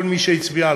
כל מי שהצביע עליו,